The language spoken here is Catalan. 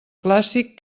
clàssic